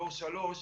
דור 3,